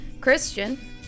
Christian